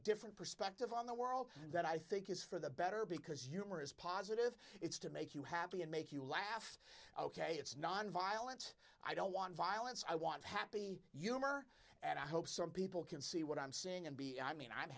different perspective on the world that i think is for the better because you are as positive it's to make you happy and make you laugh ok it's nonviolence i don't want violence i want happy you are and i hope some people can see what i'm saying and be i mean i'm